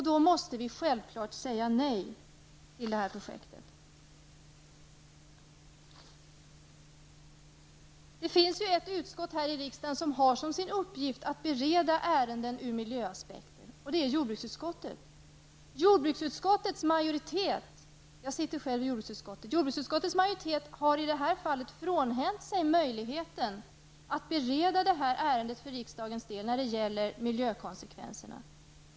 Då måste vi självfallet säga nej till detta projekt. Det finns ett utskott här i riksdagen som har som sin uppgift att bereda ärenden ur miljöaspekt, och det är jordbruksutskottet. Jordbruksutskottets majoritet -- jag sitter själv i jordbruksutskottet -- har i detta fall frånhänt sig möjligheten att bereda detta ärende för riksdagens del när det gäller miljökonsekvenserna.